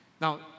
Now